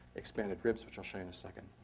expanded ribs, which i'll show you in a second.